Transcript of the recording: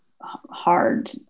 hard